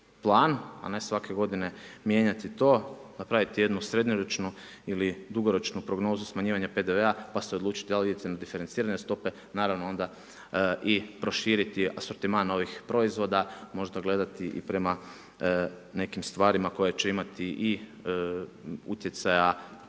a ne svake godine mijenjati to. Napraviti jednu srednjoročnu ili dugoročnu prognozu smanjivanja PDV-a, pa se odlučiti da li idete na diferencirane stope, naravno onda i proširiti asortiman ovih proizvoda, možda gledati i prema nekim stvarima koje će imati i utjecaja,